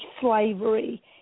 slavery